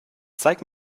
zeig